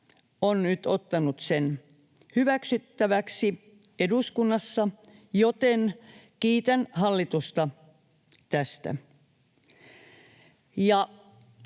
on nyt ottanut sen hyväksyttäväksi eduskunnassa, joten kiitän hallitusta tästä.